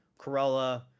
Corella